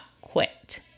quit